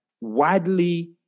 widely